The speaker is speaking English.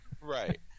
right